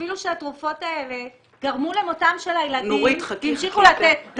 אפילו שהתרופות האלה גרמו למותם של הילדים והמשיכו לתת --- נורית,